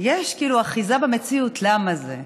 יש כאילו אחיזה במציאות למה זה.